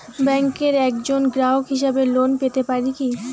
ব্যাংকের একজন গ্রাহক হিসাবে লোন পেতে পারি কি?